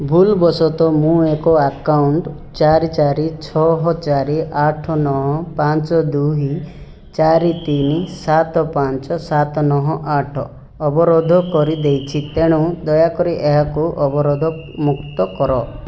ଭୁଲ ବଶତଃ ମୁଁ ଏକ ଆକାଉଣ୍ଟ୍ ଚାରି ଚାରି ଛଅ ଚାରି ଆଠ ନଅ ପାଞ୍ଚ ଦୁଇ ଚାରି ତିନି ସାତ ପାଞ୍ଚ ସାତ ନଅ ଆଠ ଅବରୋଧ କରିଦେଇଛି ତେଣୁ ଦୟାକରି ଏହାକୁ ଅବରୋଧମୁକ୍ତ କର